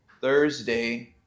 Thursday